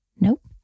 nope